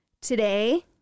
Today